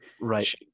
Right